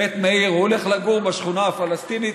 בית מאיר, הוא הולך לגור בשכונה הפלסטינית.